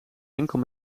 enkel